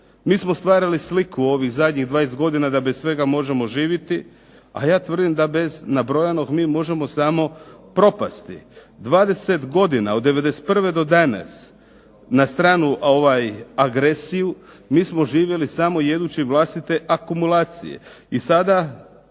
Mi smo stvarali sliku u ovih zadnjih 20 godina da bez svega mi možemo živjeti, a ja tvrdim da bez nabrojanog mi možemo samo propasti. 20 godina od '91. do danas, na stranu agresiju, mi smo živjeli jedući samo vlastite akumulacije.